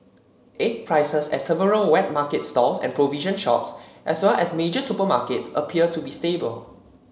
egg prices at several wet market stalls and provision shops as well as major supermarkets appear to be stable